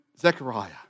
Zechariah